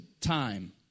time